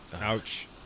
Ouch